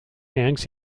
hangs